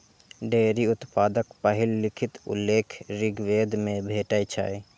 dairy उत्पादक पहिल लिखित उल्लेख ऋग्वेद मे भेटै छै